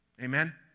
Amen